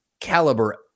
caliber